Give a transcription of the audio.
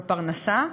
בפרנסה,